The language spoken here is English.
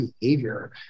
behavior